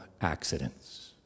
accidents